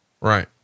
Right